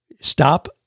stop